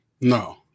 no